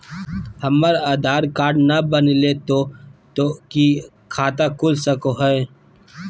हमर आधार कार्ड न बनलै तो तो की खाता खुल सको है?